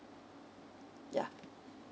yeah